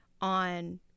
on